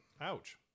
Ouch